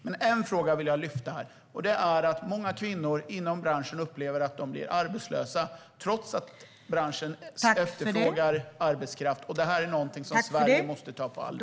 Jag vill lyfta fram en fråga här, nämligen att många kvinnor inom branschen upplever att de blir arbetslösa trots att branschen efterfrågar arbetskraft. Detta är något som Sverige måste ta på allvar.